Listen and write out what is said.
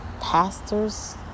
pastor's